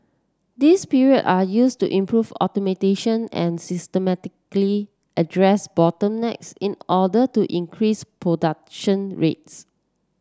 these period are used to improve automation and systematically address bottlenecks in order to increase production rates